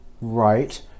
right